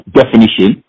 definition